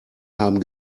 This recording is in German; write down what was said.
haben